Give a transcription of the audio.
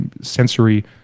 sensory